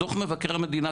דוח מבקר המדינה,